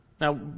Now